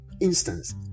instance